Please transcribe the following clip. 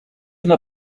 una